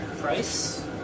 Price